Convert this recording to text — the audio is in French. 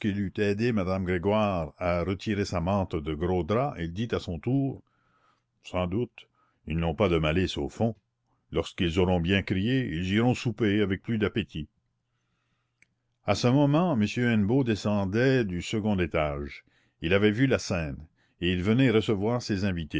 aidé madame grégoire à retirer sa mante de gros drap il dit à son tour sans doute ils n'ont pas de malice au fond lorsqu'ils auront bien crié ils iront souper avec plus d'appétit a ce moment m hennebeau descendait du second étage il avait vu la scène et il venait recevoir ses invités